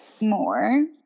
more